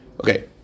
Okay